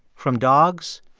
from dogs.